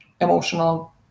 emotional